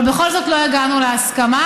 אבל בכל זאת לא הגענו להסכמה.